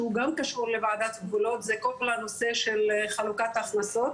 שהוא גם קשור לוועדות גבולות זה כל הנושא של חלוקת הכנסות.